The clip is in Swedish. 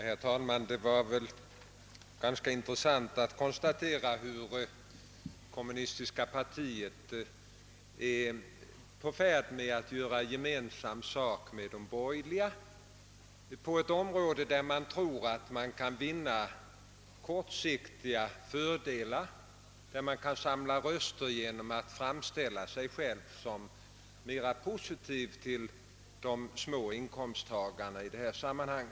Herr talman! Det var ganska intressant att konstatera att det kommunistiska partiet är i färd med att göra gemensam sak med de borgerliga på ett område där man tror att man kan vinna kortsiktiga fördelar, där man kan samla röster genom att framställa sig själv som mera positiv till de små inkomsttagarna i detta sammanhang.